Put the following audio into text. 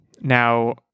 Now